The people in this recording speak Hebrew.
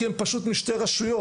כי הם פשוט משתי רשויות.